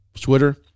Twitter